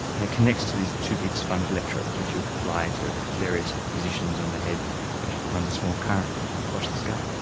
and it connects to these two big sponge electrodes which you apply to various positions on the head which runs a small current across the scalp.